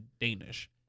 Danish